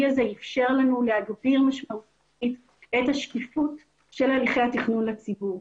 הזה אפשר לנו להגביר משמעותית את השקיפות של הליכי התכנון לציבור.